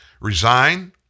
resign